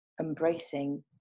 embracing